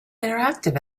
interactive